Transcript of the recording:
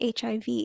HIV